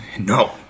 No